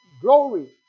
glory